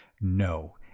No